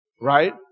Right